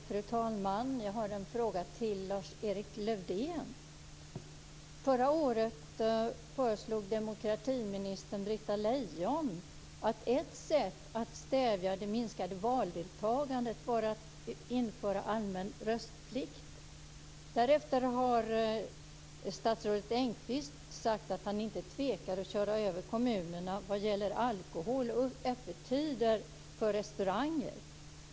Fru talman! Jag har en fråga till Lars-Erik Lövdén. Förra året föreslog demokratiminister Britta Lejon att ett sätt att stävja det minskade valdeltagandet var att införa allmän röstplikt. Därefter har statsrådet Engqvist sagt att han inte tvekar att köra över kommunerna när det gäller alkohol och öppettider på restauranger.